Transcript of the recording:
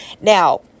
Now